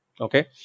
okay